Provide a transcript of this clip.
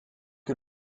que